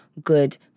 good